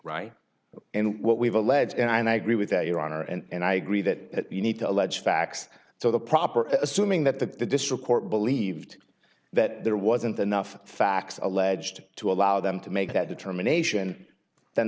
right in what we've alleged and i and i agree with that your honor and i agree that you need to allege facts so the proper assuming that the district court believed that there wasn't enough facts alleged to allow them to make that determination th